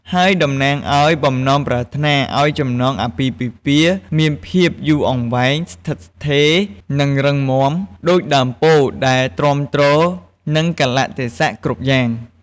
ហើយតំណាងឱ្យ បំណងប្រាថ្នាឱ្យចំណងអាពាហ៍ពិពាហ៍មានភាពយូរអង្វែង ឋិតថេរ និងរឹងមាំ ដូចដើមពោធិ៍ដែលទ្រាំទ្រនឹងកាលៈទេសៈគ្រប់យ៉ាង។